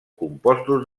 compostos